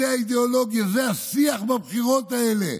זו האידיאולוגיה, זה השיח בבחירות האלה.